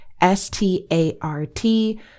S-T-A-R-T